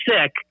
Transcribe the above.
sick